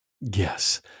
Yes